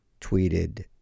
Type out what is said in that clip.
tweeted